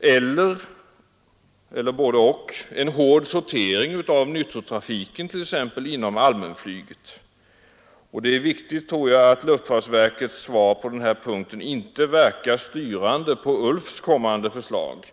eller — eller bådeoch — en hård urskiljning och sortering av nyttotrafiken inom allmänflyget. Det är viktigt att luftfartsverkets svar på den här punkten inte verkar låsande för ULF:s kommande förslag.